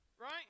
right